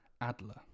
Adler